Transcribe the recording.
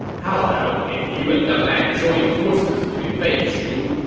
how about if you and deng ai join forces to invade shu?